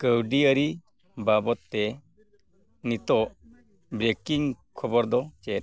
ᱠᱟᱹᱣᱰᱤ ᱟᱹᱨᱤ ᱵᱟᱵᱚᱫᱛᱮ ᱱᱤᱛᱚᱜ ᱵᱨᱮᱠᱤᱝ ᱠᱷᱚᱵᱚᱨ ᱫᱚ ᱪᱮᱫ